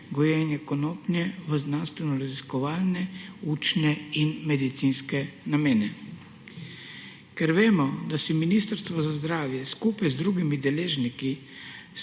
gojenje konoplje v znanstvenoraziskovalne, učne in medicinske namene. Ker vemo, da si Ministrstvo za zdravje skupaj z drugimi deležniki